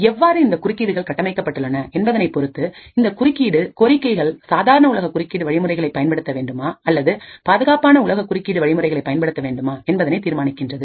எவ்வாறு இந்த குறுக்கீடுகள் கட்டமைக்கப்பட்டுள்ளன என்பதனை பொருத்து இந்த குறுக்கீடு கோரிக்கைகள் சாதாரண உலக குறுக்கீடு வழிமுறையை பயன்படுத்த வேண்டுமா அல்லது பாதுகாப்பான உலக குறுக்கீடு வழிமுறையை பயன்படுத்த வேண்டுமா என்பதனை தீர்மானிக்கின்றது